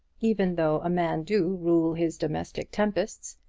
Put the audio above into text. even though a man do rule his domestic tempests,